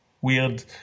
weird